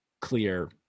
clear